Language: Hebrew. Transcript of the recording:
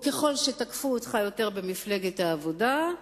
וככל שתקפו אותך יותר במפלגת העבודה,